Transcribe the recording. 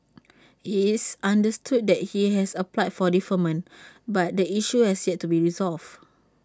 IT is understood that he has applied for deferment but the issue has yet to be resolved